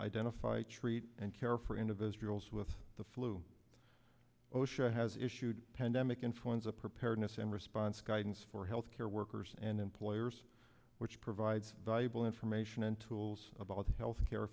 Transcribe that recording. identify treat and care for individuals with the flu osha has issued a pandemic influenza preparedness and response guidance for health care workers and employers which provides valuable information and tools about the health care